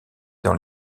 dans